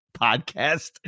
podcast